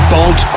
Bolt